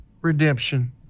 redemption